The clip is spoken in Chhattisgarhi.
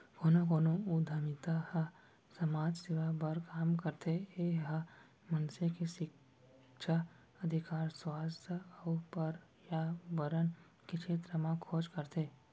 कोनो कोनो उद्यमिता ह समाज सेवा बर काम करथे ए ह मनसे के सिक्छा, अधिकार, सुवास्थ अउ परयाबरन के छेत्र म खोज करथे